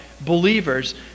believers